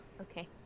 okay